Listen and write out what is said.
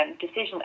decision